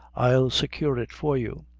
i'll secure it for you.